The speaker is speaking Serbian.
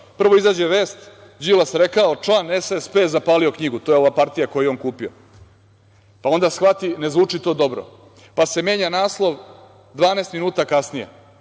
Prvo izađe vest, Đilas rekao – član SSP zapalio knjigu. To je ova partija koju je on kupio. Onda shvati, ne zvuči to dobro, pa se menja naslov, 12 minuta kasnije,